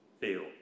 feel